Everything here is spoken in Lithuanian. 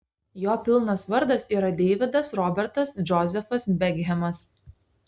jo pilnas vardas yra deividas robertas džozefas bekhemas